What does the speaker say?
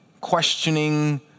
questioning